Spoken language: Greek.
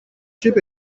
σου